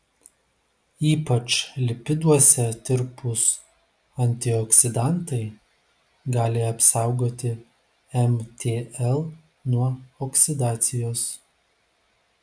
ypač lipiduose tirpūs antioksidantai gali apsaugoti mtl nuo oksidacijos